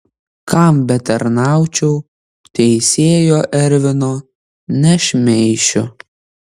kam betarnaučiau teisėjo ervino nešmeišiu